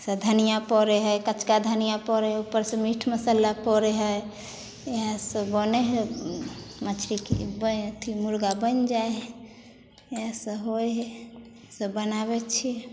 से धनिया परै हइ कचका धनिया परै हइ ऊपर से मीट मसल्ला परै हइ इएह सब बनै हइ मछलीके अथी मुर्गा बनि जाइ हइ इएह सब होइ हइ सब बनाबै छियै